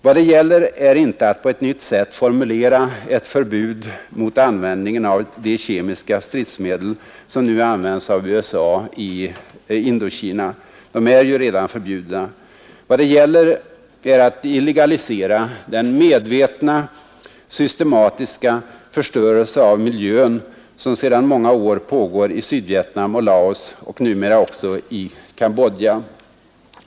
Vad motionen gäller är inte att på ett nytt sätt formulera ett förbud mot de kemiska stridsmedel som nu används av USA i Indokina. De är ju redan förbjudna. Vad det gäller är att illegalisera den medvetna systematiska förstörelse av miljön som sedan många år pågår i Sydvietnam och Laos och numera också i Cambodja.